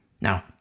Now